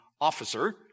officer